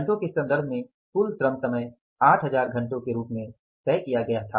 घंटे के संदर्भ में कुल श्रम समय 8000 घंटे के रूप में तय किया गया था